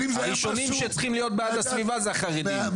הראשונים שצריכים להיות בעד הסביבה זה החרדים.